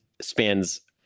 spans